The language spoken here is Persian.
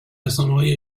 رسانههای